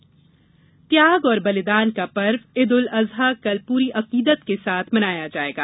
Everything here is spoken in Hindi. ईद उल अजहा त्याग और बलिदान का पर्व ईद उल अजहा कल पूरी अकीदत के साथ मनाया जाएगा